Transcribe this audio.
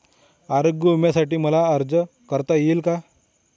आरोग्य विम्यासाठी मला अर्ज करता येईल का?